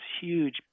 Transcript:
huge